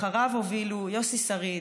אחריו הובילו יוסי שריד,